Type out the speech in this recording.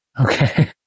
Okay